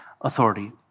authority